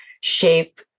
shape